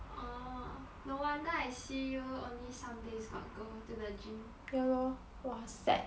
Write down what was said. orh no wonder I see you only sundays got go to the gym